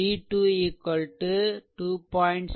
769 volt v3 1